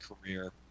career